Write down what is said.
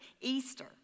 Easter